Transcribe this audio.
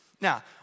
Now